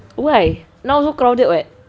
why now also crowded [what]